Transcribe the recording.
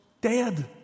dead